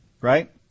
Right